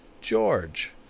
George